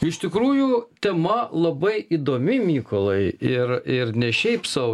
iš tikrųjų tema labai įdomi mykolai ir ir ne šiaip sau